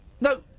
No